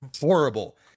Horrible